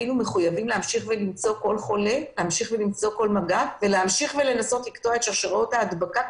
מחויבים למצוא כל חולה ולקטוע את שרשראות ההדבקה,